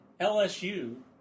LSU